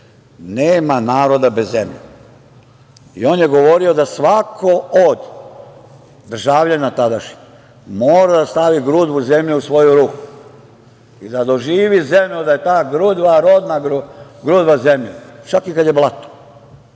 nema naroda bez zemlje. I on je govorio da svako od državljana tadašnjih mora da stavi grudvu zemlje u svoju ruku i da doživi zemlju, da je ta gruda rodna gruda zemlje, čak i kad je blato.